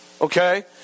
okay